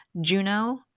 Juno